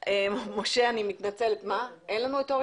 אני הרפרנט של מינהל תכנון - לא של